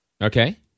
Okay